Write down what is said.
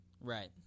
Right